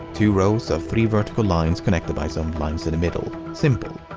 two rows of three vertical lines connected by some lines in the middle. simple.